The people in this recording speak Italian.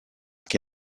che